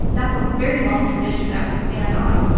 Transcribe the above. that's a very long tradition that we stand on.